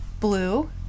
blue